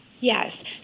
Yes